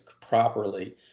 properly